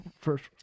first